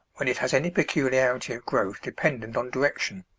when it has any peculiarity of growth dependent on direction.